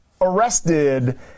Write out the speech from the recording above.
arrested